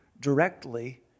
directly